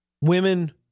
women